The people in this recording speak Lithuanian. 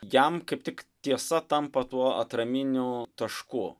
jam kaip tik tiesa tampa tuo atraminiu tašku